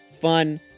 fun